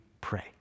pray